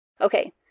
Okay